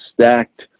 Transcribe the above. stacked